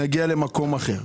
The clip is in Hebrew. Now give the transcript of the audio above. נגיע למקום אחר.